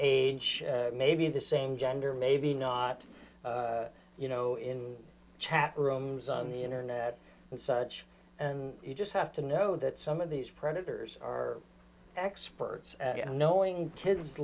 age maybe the same gender maybe not you know in chat rooms on the internet and such and you just have to know that some of these predators are experts at knowing kids